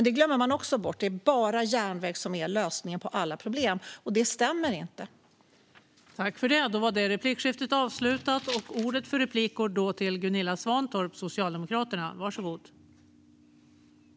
Det glömmer ni bort, för det är bara järnväg som är lösningen på alla problem. Men det stämmer alltså inte.